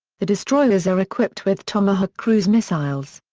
the destroyers are equipped with tomahawk cruise missiles.